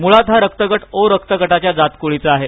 मुळात हा रक्तगट ओ रक्तगटाच्या जातक्ळीचा आहे